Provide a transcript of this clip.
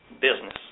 business